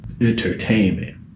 entertainment